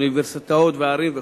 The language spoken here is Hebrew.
אוניברסיטאות וערים וכו'.